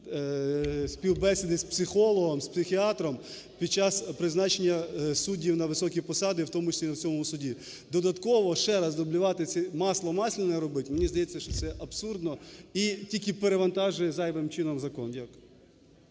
співбесіди з психологом, з психіатром, під час призначення суддів на високі посади, в тому числі в цьому суді. Додатково ще раз дублювати, масло-масляне робити, мені здається, що це абсурдно і тільки перевантажує зайвим чином закон. Дякую.